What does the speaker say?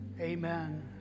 amen